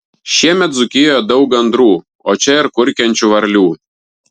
šiemet dzūkijoje daug gandrų o čia ir kurkiančių varlių